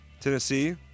Tennessee